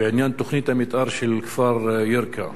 בעניין תוכנית המיתאר של הכפר ירכא.